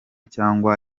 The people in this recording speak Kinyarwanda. cyangwa